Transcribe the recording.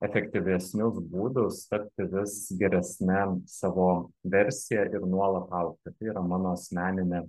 efektyvesnius būdus tapti vis geresne savo versija ir nuolat augti tai yra mano asmeninė